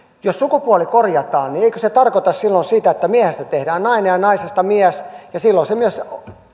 jos sukupuoli korjataan niin eikö se tarkoita silloin sitä että miehestä tehdään nainen ja naisesta mies ja silloin hän myös